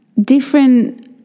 different